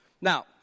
Now